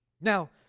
Now